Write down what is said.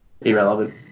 irrelevant